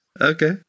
Okay